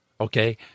Okay